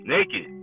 Naked